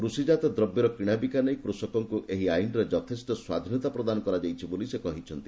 କୃଷିଜାତ ଦ୍ରବ୍ୟର କିଣାବିକା ନେଇ କୃଷକଙ୍କୁ ଏହି ଆଇନରେ ଯଥେଷ୍ଟ ସ୍ୱାଧୀନତା ପ୍ରଦାନ କରାଯାଇଛି ବୋଲି ସେ କହିଛନ୍ତି